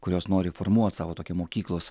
kurios nori formuot savo tokią mokyklos